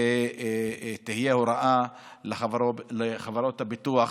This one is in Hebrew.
ותהיה הוראה לחברות הביטוח